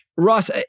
Ross